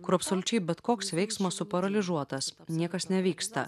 kur absoliučiai bet koks veiksmas suparalyžiuotas niekas nevyksta